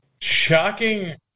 shocking